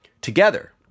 together